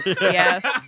yes